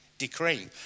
decree